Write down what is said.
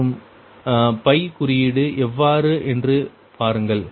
மற்றும் குறியீடு எவ்வாறு என்று பாருங்கள்